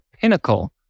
pinnacle